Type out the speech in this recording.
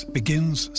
begins